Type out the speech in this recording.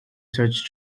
search